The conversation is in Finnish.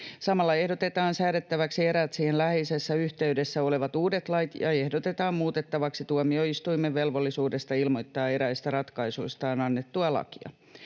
Samalla ehdotetaan säädettäväksi eräät siihen läheisessä yhteydessä olevat uudet lait ja ehdotetaan muutettavaksi tuomioistuimen velvollisuudesta ilmoittaa eräistä ratkaisuistaan annettua lakia.